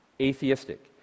atheistic